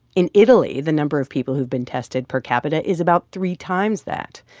in italy, the number of people who've been tested per capita is about three times that.